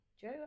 Joe